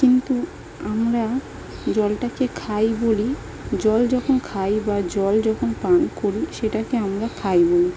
কিন্তু আমরা জলটাকে খাই বলি জল যখন খাই বা জল যখন পান করি সেটাকে আমরা খাই বলি